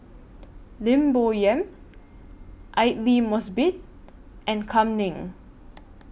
Lim Bo Yam Aidli Mosbit and Kam Ning